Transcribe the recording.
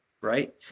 right